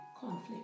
Conflict